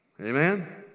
Amen